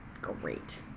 great